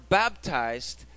baptized